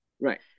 Right